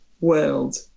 world